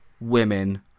women